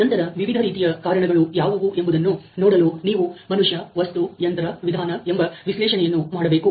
ನಂತರ ವಿವಿಧ ರೀತಿಯ ಕಾರಣಗಳು ಯಾವುವು ಎಂಬುದನ್ನು ನೋಡಲು ನೀವು ಮನುಷ್ಯ ವಸ್ತು ಯಂತ್ರ ವಿಧಾನ ಎಂಬ ವಿಶ್ಲೇಷಣೆಯನ್ನು ಮಾಡಬೇಕು